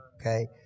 Okay